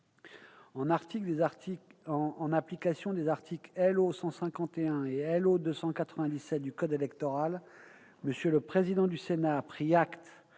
En application des articles L.O. 151 et L.O. 297 du code électoral, M. le président du Sénat a pris acte